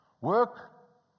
Work